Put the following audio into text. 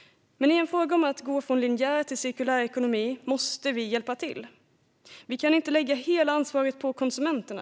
Men i fråga om att gå från linjär till cirkulär ekonomi måste vi hjälpa till. Vi kan inte lägga hela ansvaret på konsumenterna.